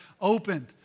opened